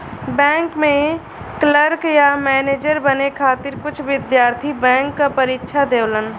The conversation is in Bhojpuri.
बैंक में क्लर्क या मैनेजर बने खातिर कुछ विद्यार्थी बैंक क परीक्षा देवलन